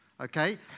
Okay